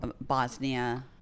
Bosnia